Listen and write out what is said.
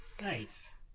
Nice